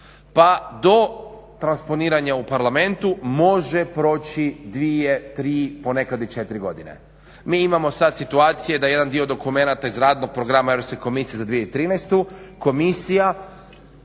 pa do transponiranja u parlamentu može proći dvije, tri, ponekad i četiri godine. Mi imamo sad situacije da jedan dio dokumenata iz radnog programa Europske komisije za 2013.komisija